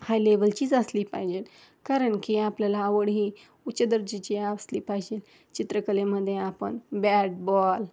हाय लेव्हलचीच असली पाहिजे कारण की आपल्याला आवड ही उच्च दर्जेची असली पाहिजे चित्रकलेमध्ये आपण बॅट बॉल